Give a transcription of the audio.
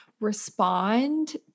respond